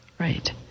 Right